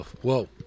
whoa